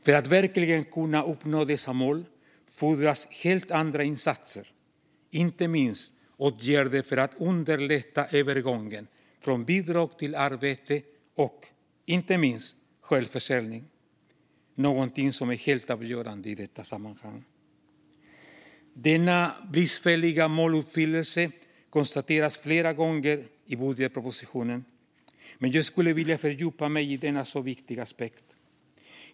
För att verkligen kunna uppnå dessa mål fordras helt andra insatser, som åtgärder för att underlätta övergången från bidrag till arbete och, inte minst, självförsörjning, någonting som är helt avgörande i detta sammanhang. Denna bristfälliga måluppfyllelse konstateras flera gånger i budgetpropositionen, men jag skulle vilja fördjupa mig i denna så viktiga aspekt.